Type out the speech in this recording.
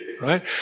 Right